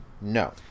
No